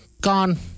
gone